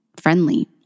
friendly